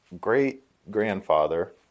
great-grandfather